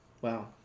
Wow